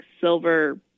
silver